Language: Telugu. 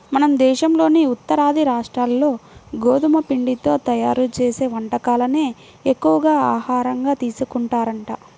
మన దేశంలోని ఉత్తరాది రాష్ట్రాల్లో గోధుమ పిండితో తయ్యారు చేసే వంటకాలనే ఎక్కువగా ఆహారంగా తీసుకుంటారంట